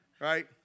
right